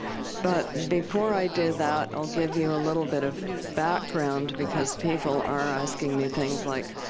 but before i do that, i'll give you a little bit of background because people are asking me things like,